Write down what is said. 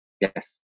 Yes